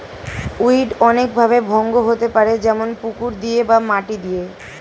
weed অনেক ভাবে ভঙ্গ হতে পারে যেমন পুকুর দিয়ে বা মাটি দিয়ে